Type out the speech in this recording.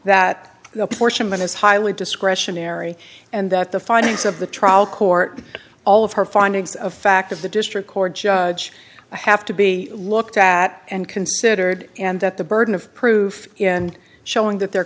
the portion is highly discretionary and that the findings of the trial court all of her findings of fact of the district court judge have to be looked at and considered and that the burden of proof in showing that they